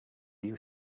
you